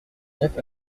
neuf